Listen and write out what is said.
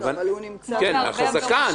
--- גם החזקה.